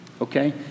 okay